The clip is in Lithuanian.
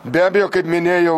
be abejo kaip minėjau